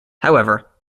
however